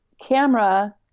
camera